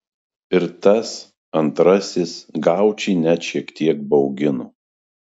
ir tas antrasis gaučį net šiek tiek baugino